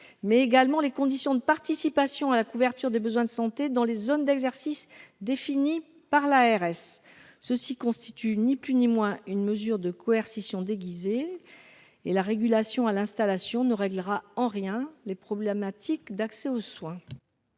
mais également « les conditions de participation à la couverture des besoins de santé dans les zones d'exercice définies par l'agence régionale de santé ». Cette disposition constitue, ni plus ni moins, une mesure de coercition déguisée ; la régulation à l'installation ne réglera en rien les problèmes d'accès aux soins.